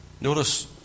Notice